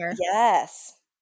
Yes